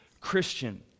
Christian